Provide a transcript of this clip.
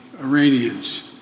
Iranians